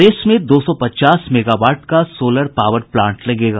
प्रदेश में दो सौ पचास मेगावाट का सोलर पावर प्लांट लगेगा